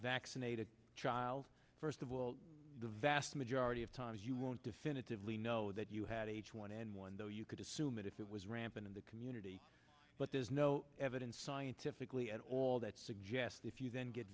vaccinate a child first of all the vast majority of times you won't definitively know that you had h one n one though you could assume it if it was rampant in the community but there's no evidence scientifically at all that suggest if you